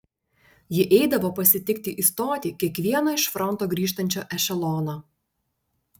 ji eidavo pasitikti į stotį kiekvieno iš fronto grįžtančio ešelono